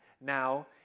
now